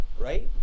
right